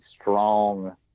strong